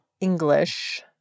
English